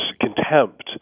contempt